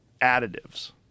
additives